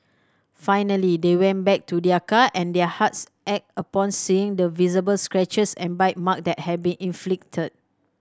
finally they went back to their car and their hearts ached upon seeing the visible scratches and bite mark that had been inflicted